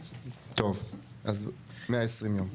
טוב, אז 120 יום.